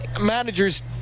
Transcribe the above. Managers